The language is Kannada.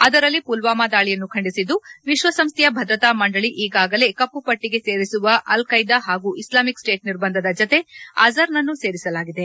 ಅದರಲ್ಲಿ ಪುಲ್ಲಾಮಾ ದಾಳಿಯನ್ನು ಖಂಡಿಸಿದ್ದು ವಿಶ್ವಸಂಸ್ಥೆಯ ಭದ್ರತಾ ಮಂಡಳಿ ಈಗಾಗಲೇ ಕಪ್ಪು ಪಟ್ಟಿಗೆ ಸೇರಿಸಿರುವ ಅಲ್ ಖೈದಾ ಹಾಗೂ ಇಸ್ಲಾಮಿಕ್ ಸ್ವೇಟ್ ನಿರ್ಬಂಧದ ಜತೆ ಅಜ಼ರ್ನ್ನು ಸೇರಿಸಲಾಗಿದೆ